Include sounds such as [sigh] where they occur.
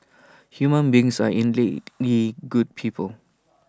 human beings are innately [unintelligible] good people